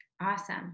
Awesome